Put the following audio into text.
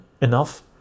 Enough